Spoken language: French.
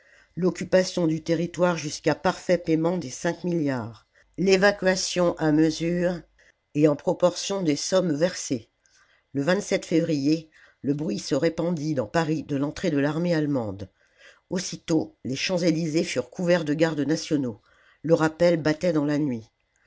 l'occupation du territoire jusqu'à parfait paiement des cinq milliards l'évacuation à mesure et en proportion des sommes versées e février le bruit se répandit dans paris de l'entrée de l'armée allemande aussitôt les champs-elysées furent couverts de gardes nationaux le rappel battait dans la nuit